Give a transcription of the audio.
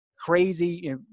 crazy